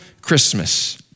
Christmas